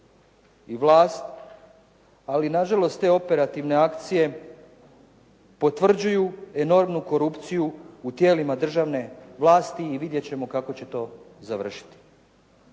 i vlast, ali na žalost te operativne akcije potvrđuju enormnu korupciju u tijelima državne vlasti i vidjeti ćemo kako će to završiti.